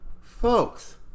folks